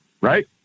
right